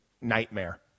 nightmare